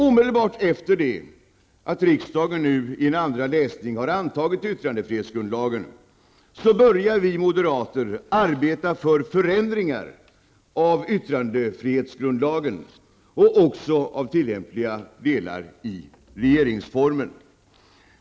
Omedelbart efter det att riksdagen nu i en andra läsning har antagit yttrandefrihetsgrundlagen börjar vi moderater arbeta för förändringar av yttrandefrihetsgrundlagen och också av tillämpliga delar i regeringsformen.